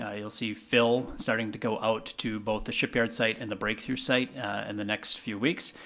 yeah you'll see fill, starting to go out to both the shipyard site and the breakthrough site in the next few weeks.